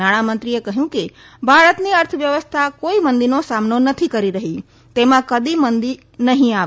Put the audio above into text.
નાણામંત્રીએ કહ્યું કે ભારતની અર્થવ્યવસ્થા કોઈ મંદીનો સામનો નથી કરી રહી તેમાં કદી મંદી નહીં આવે